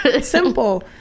Simple